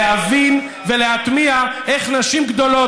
להבין ולהטמיע איך נשים גדולות,